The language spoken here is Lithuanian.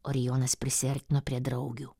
orijonas prisiartino prie draugių